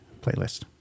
playlist